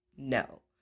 No